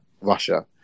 Russia